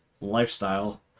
lifestyle